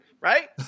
right